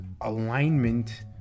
alignment